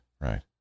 right